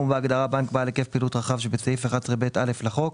בהגדרה "בנק בעל היקף פעילות רחב" שבסעיף 11ב(א) לחוק,